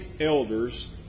elders